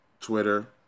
Twitter